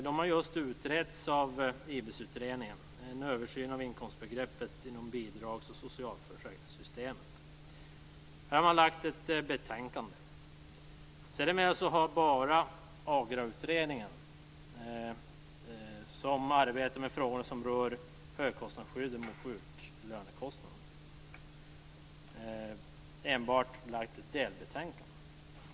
De har just utretts av IBIS utredningen, en översyn av inkomstbegreppet inom bidrags och socialförsäkringssystemet. Här har man lagt fram ett betänkande. Sedermera har bara AGRA utredningen, som arbetar med frågor som rör högkostnadsskyddet mot sjuklönekostnaderna, enbart lagt fram ett delbetänkande.